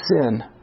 sin